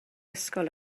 ysgol